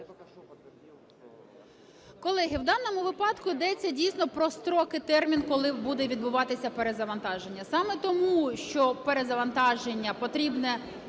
Колеги, в даному випадку йдеться дійсно про строки, термін, коли буде відбуватися перезавантаження. Саме тому що перезавантаження потрібне